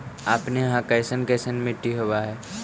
अपने यहाँ कैसन कैसन मिट्टी होब है?